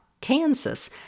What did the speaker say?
Kansas